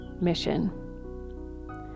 mission